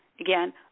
again